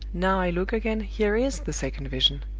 now i look again, here is the second vision!